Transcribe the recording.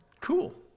Cool